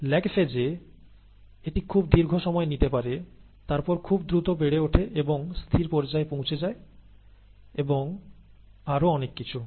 'lag phase' এ এটি খুব দীর্ঘ সময় নিতে পারে তারপর খুব দ্রুত বেড়ে ওঠে এবং স্থির পর্যায়ে পৌঁছে যায় এবং আরও অনেক কিছু